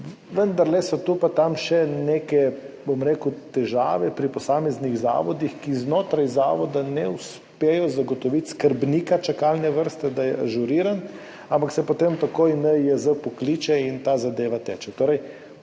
Vendarle so tu pa tam še neke, bom rekel, težave pri posameznih zavodih, ki znotraj zavoda ne uspejo zagotoviti skrbnika čakalne vrste, da je ažurirana, ampak se potem takoj NIJZ pokliče in ta zadeva teče.